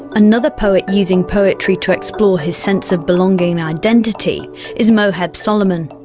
another poet using poetry to explore his sense of belonging and identity is moheb soliman.